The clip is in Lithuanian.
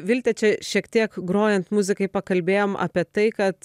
vilte čia šiek tiek grojant muzikai pakalbėjom apie tai kad